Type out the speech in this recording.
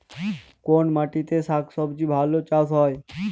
কোন মাটিতে শাকসবজী ভালো চাষ হয়?